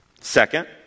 Second